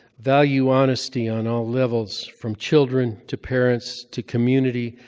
value honesty on all levels, from children, to parents, to community,